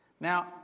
Now